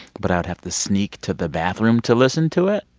but i would have to sneak to the bathroom to listen to it